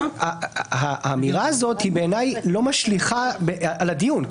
האמירה הזאת בעיניי היא לא משליכה על הדיון.